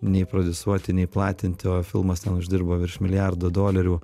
nei protestuoti nei platinti o filmas ten uždirbo virš milijardo dolerių